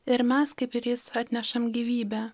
ir mes kaip ir jis atnešam gyvybę